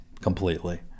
completely